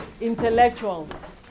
intellectuals